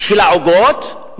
של העוגות?